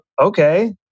okay